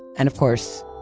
and of course,